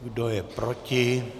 Kdo je proti?